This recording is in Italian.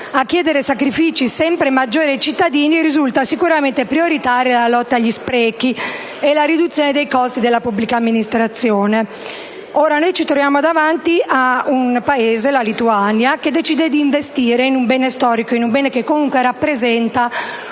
a chiedere sacrifici sempre maggiori ai cittadini, risulta sicuramente prioritaria la lotta agli sprechi e la riduzione dei costi della pubblica amministrazione. Ci troviamo davanti ad un Paese, la Lituania, che decide di investire in un bene storico, un bene che rappresenta